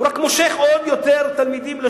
רק מושך עוד יותר תלמידים לשם.